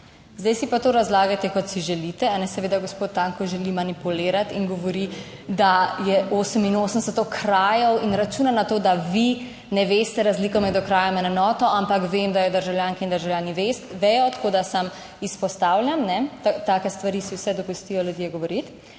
Zdaj si pa to razlagate kot si želite. Seveda gospod Tanko želi manipulirati in govori, da je 88 okrajev in računa na to, da vi ne veste razliko med okrajem in enoto, ampak vem, da jo državljanke in državljani vedo, tako da sam izpostavljam, take stvari, si vse dopustijo ljudje govoriti.